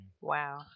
Wow